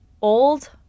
old